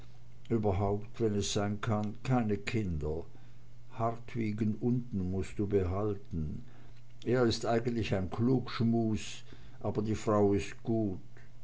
überhaupt wenn es sein kann keine kinder hartwigen unten mußt du behalten er ist eigentlich ein klugschmus aber die frau ist gut